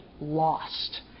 lost